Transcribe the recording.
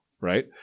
right